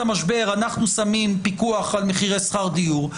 המשבר אנחנו שמים פיקוח על מחירי שכר דיור,